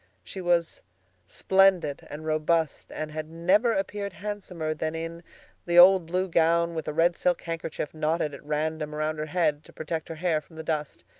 she was splendid and robust, and had never appeared handsomer than in the old blue gown, with a red silk handkerchief knotted at random around her head to protect her hair from the dust.